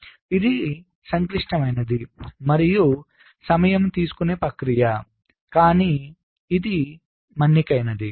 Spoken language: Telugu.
కాబట్టి ఇది సంక్లిష్టమైనది మరియు సమయం తీసుకునే ప్రక్రియ కానీ ఇది మన్నికైనది